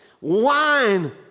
wine